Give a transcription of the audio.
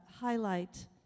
highlight